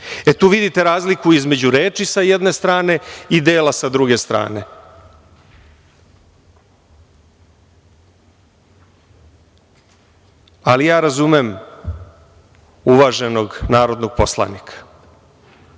Tu vidite razliku između reči, sa jedne strane, i dela, sa druge strane. Razumem ja uvaženog narodnog poslanika.